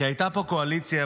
כי הייתה פה קואליציה,